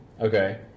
Okay